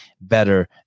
better